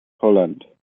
holland